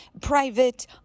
private